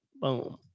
Boom